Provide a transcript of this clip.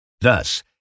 Thus